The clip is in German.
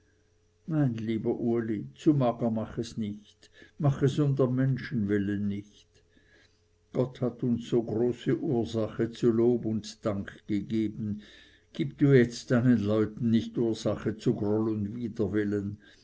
nein lieber uli zu mager mach es nicht mach es um der menschen willen nicht gott hat uns so große ursache zu lob und dank gegeben gib du jetzt deinen leuten nicht ursache zu groll und widerwillen